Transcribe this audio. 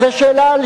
את זה השר יודע.